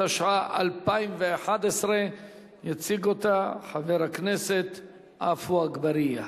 התשע"א 2011. יציג אותה חבר הכנסת עפו אגבאריה.